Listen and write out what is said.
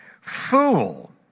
fool